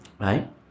Right